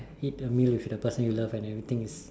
eat a meal with the person you love and everything is